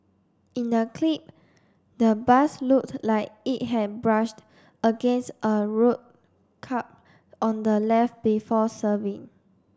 in the clip the bus looked like it had brushed against a road curb on the left before swerving